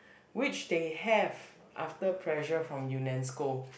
which they have after pressure from U_N_E_S_C_O